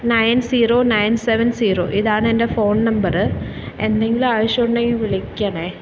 nine zero nine seven zero ഇതാണെൻ്റെ phone number എന്തെങ്കിലും ആവശ്യമുണ്ടെങ്കിൽ വിളിക്കണേ